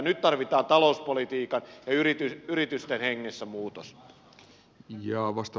nyt tarvitaan talouspolitiikan ja yritysten hengessä muutos